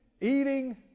eating